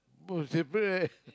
must separate right